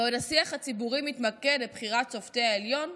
בעוד השיח הציבורי מתמקד בבחירת שופטי העליון,